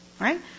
Right